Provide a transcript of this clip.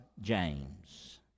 James